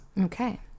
Okay